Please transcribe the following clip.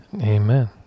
Amen